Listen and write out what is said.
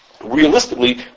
realistically